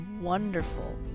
wonderful